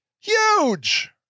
Huge